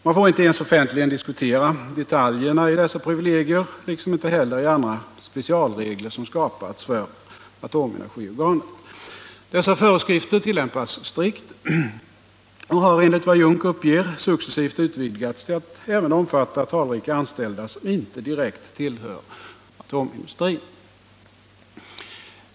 Man får inte ens offentligt diskutera detaljerna i dessa privilegier liksom inte heller i andra specialregler som skapats för atomenergiorganet. Dessa föreskrifter tillämpas strikt och har enligt vad Jungk uppger successivt utvidgats till att även omfatta talrika anställda, som inte direkt tillhör atomindustrin.